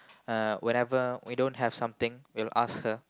whenever we don't have something we'll ask her